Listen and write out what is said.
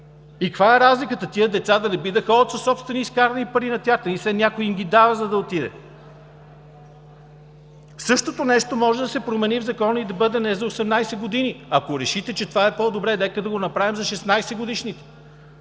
Каква е разликата? Тези деца да не би да ходят със собствени изкарани пари на театър? Нали все някой им ги дава, за да отидат? Същото нещо може да се промени в Закона и да бъде не за 18 години. Ако решите, че това е по-добре, нека да го направим за 16-годишните.